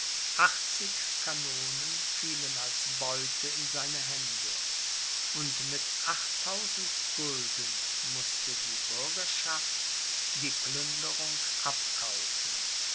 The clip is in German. kanonen fielen als beute in seine hände und mit achttausend gulden mußte die bürgerschaft die plünderung abkaufen